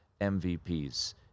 MVPs